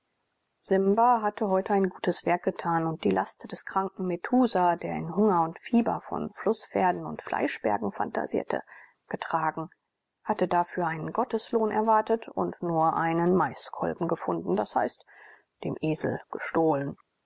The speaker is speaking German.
simba hatte heute ein gutes werk getan und die last des kranken metusah der in hunger und fieber von flußpferden und fleischbergen phantasierte getragen hatte dafür einen gotteslohn erwartet und nur einen maiskolben gefunden d h dem esel gestohlen